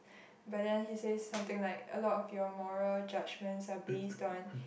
but then he says something like a lot of your moral judgements are based on